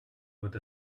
with